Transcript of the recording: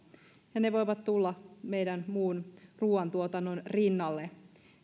ja ne voivat tulla meidän muun ruuantuotannon rinnalle